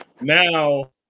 now